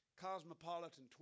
cosmopolitan